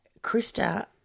Krista